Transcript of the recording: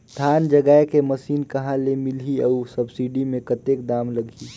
धान जगाय के मशीन कहा ले मिलही अउ सब्सिडी मे कतेक दाम लगही?